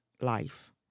life